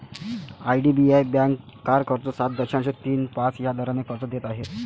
IDBI bank car कर्ज सात दशांश तीन पाच या दराने कर्ज देत आहे